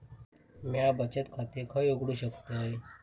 म्या बचत खाते खय उघडू शकतय?